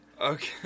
Okay